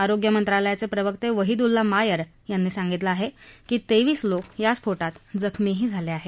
आरोग्य मंत्रालयाचे प्रवक्ते वहीदुल्ला मायर यांनी सांगितलं की तेवीस लोक या स्फोटात जखमीही झाले आहेत